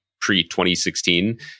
pre-2016